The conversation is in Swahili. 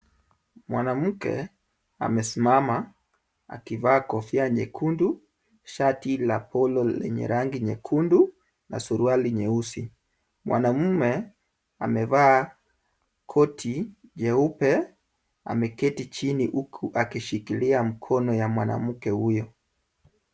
Mwanamke amesimama akivaa kofia nyekundu, shati la polo lenye rangi nyekundu na suruali nyeusi. Mwanamume amevaa koti nyeupe ameketi chini huku akishikilia mkono ya mwanamke huyo.